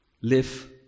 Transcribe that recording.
Live